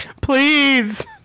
Please